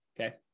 Okay